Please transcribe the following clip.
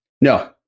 No